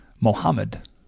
Mohammed